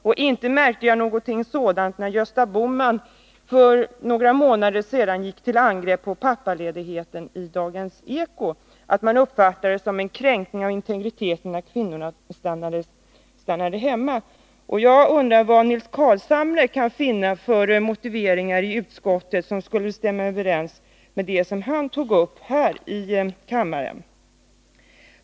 Och inte märkte jag, när Gösta Bohman för några månader sedan i Dagens eko gick till angrepp mot pappaledigheten, att man uppfattar det som en kränkning av familjernas integritet när kvinnorna stannar hemma för att vårda barn. Jag undrar vad Nils Carlshamre kan finna för motiveringar i utskottsbetänkandet som skulle stämma överens med det som han tog upp här i kammaren.